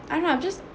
I don't know I'm just